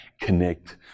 connect